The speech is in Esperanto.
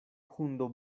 hundo